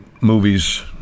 movies